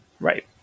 right